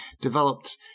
developed